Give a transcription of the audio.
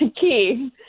Key